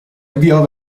avviò